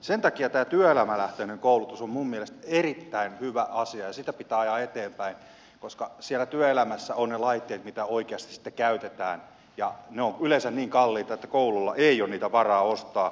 sen takia tämä työelämälähtöinen koulutus on minun mielestäni erittäin hyvä asia ja sitä pitää ajaa eteenpäin koska siellä työelämässä ovat ne laitteet mitä oikeasti sitten käytetään ja ne ovat yleensä niin kalliita että koululla ei ole niitä varaa ostaa